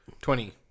Twenty